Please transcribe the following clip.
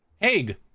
Egg